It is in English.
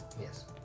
Yes